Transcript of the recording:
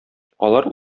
алар